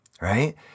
right